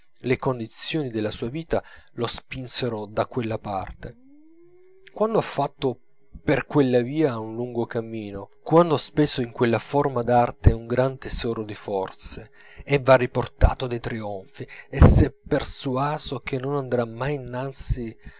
le condizioni della sua vita lo spinsero da quella parte quando ha fatto per quella via un lungo cammino quando ha speso in quella forma d'arte un gran tesoro di forze e v'ha riportato dei trionfi e s'è persuaso che non andrà mai innanzi